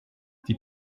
die